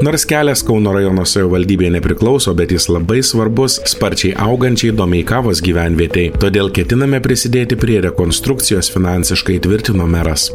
nors kelias kauno rajono savivaldybei nepriklauso bet jis labai svarbus sparčiai augančiai domeikavos gyvenvietei todėl ketiname prisidėti prie rekonstrukcijos finansiškai tvirtino meras